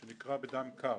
שנקרא בדם קר,